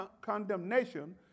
condemnation